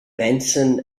benson